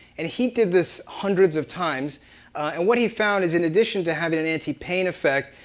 and he did this hundreds of times. and what he found is in addition to having an anti-pain effect,